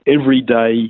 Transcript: everyday